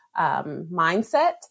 mindset